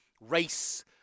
race